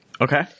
Okay